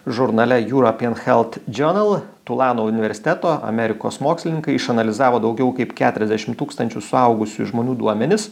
žurnale european health journal tulano universiteto amerikos mokslininkai išanalizavo daugiau kaip keturiasdešim tūkstančių suaugusiųjų žmonių duomenis